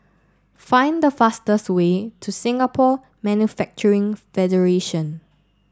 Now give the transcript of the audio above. find the fastest way to Singapore Manufacturing Federation